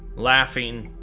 laughing,